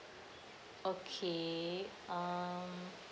okay um